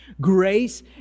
Grace